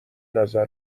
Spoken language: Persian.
نظر